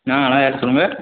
ஆ யார் சொல்லுங்கள்